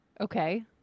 Okay